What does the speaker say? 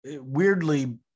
weirdly